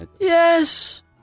Yes